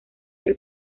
del